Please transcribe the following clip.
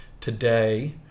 Today